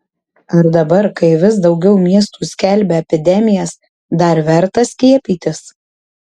ar dabar kai vis daugiau miestų skelbia epidemijas dar verta skiepytis